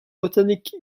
botanic